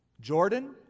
Jordan